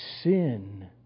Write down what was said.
Sin